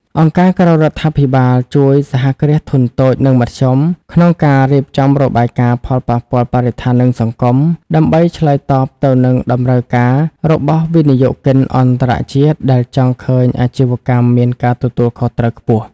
អង្គការក្រៅរដ្ឋាភិបាលជួយ សហគ្រាសធុនតូច និងមធ្យម ក្នុងការរៀបចំរបាយការណ៍ផលប៉ះពាល់បរិស្ថាន និងសង្គម ដើម្បីឆ្លើយតបទៅនឹងតម្រូវការរបស់វិនិយោគិនអន្តរជាតិដែលចង់ឃើញអាជីវកម្មមានការទទួលខុសត្រូវខ្ពស់។